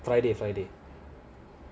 friday friday